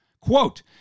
Quote